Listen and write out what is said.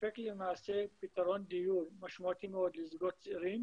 מספק למעשה פתרון דיור משמעותי מאוד לזוגות צעירים